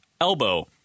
elbow